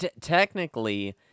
technically